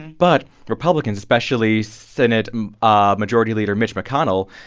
but republicans, especially senate ah majority leader mitch mcconnell,